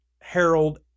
Harold